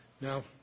Now